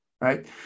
Right